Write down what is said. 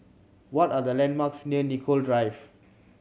what are the landmarks near Nicoll Drive